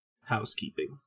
housekeeping